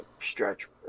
stretch